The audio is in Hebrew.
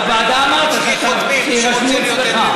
בוועדה אמרת שיירשמו אצלך.